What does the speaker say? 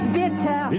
bitter